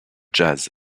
jazz